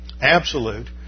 absolute